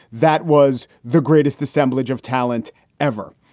that was the greatest assemblage of talent ever.